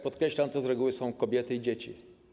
Podkreślam, że z reguły są to kobiety i dzieci.